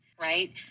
right